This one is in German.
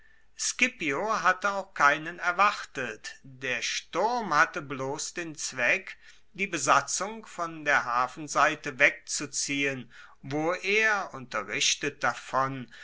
scipio hatte auch keinen erwartet der sturm hatte bloss den zweck die besatzung von der hafenseite wegzuziehen wo er unterrichtet davon